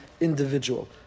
individual